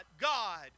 God